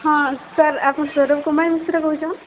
ହଁ ସାର୍ ଆପଣ୍ ସୌରଭ କୁମାର ମିଶ୍ର କହୁଚନ୍